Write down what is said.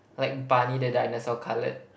like Barney the Dinosaur coloured